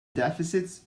deficits